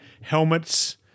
helmets